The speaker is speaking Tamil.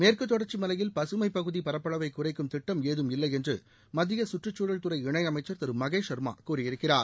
மேற்குதொடர்ச்சி மலையில் பசுமை பகுதி பரப்பளவை குறைக்கும் திட்டம் ஏதும் இல்லை என்று மத்திய கற்றுச்சூழல் துறை இணையமைச்சா் திரு மகேஷ் சா்மா கூறியிருக்கிறார்